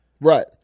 Right